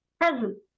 Present